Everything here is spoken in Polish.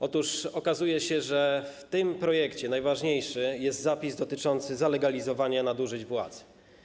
Otóż okazuje się, że w tym projekcie najważniejszy jest zapis dotyczący zalegalizowania nadużyć władzy.